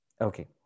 Okay